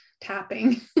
tapping